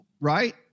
right